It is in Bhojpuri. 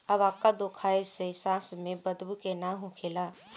अवाकादो खाए से सांस में बदबू के ना होखेला